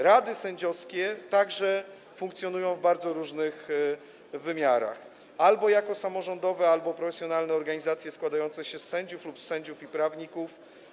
Rady sędziowskie także funkcjonują w bardzo różnych wymiarach - albo jako samorządowe, albo jako profesjonalne organizacje składające się z sędziów lub sędziów i prawników.